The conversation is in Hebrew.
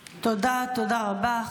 תודה, תודה רבה.